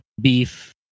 beef